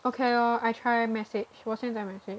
okay lor I try message 我现在 message